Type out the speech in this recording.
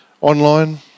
online